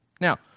Now